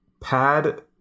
Pad